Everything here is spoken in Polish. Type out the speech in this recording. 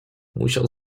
musiał